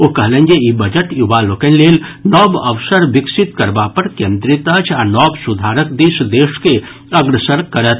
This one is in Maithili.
ओ कहलनि जे ई बजट युवा लोकनि लेल नव अवसर विकसित करबा पर केन्द्रित अछि आ नव सुधारक दिस देश के अग्रसर करत